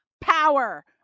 power